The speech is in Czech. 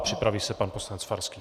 Připraví se pan poslanec Farský.